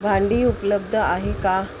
भांडी उपलब्ध आहे का